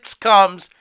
comes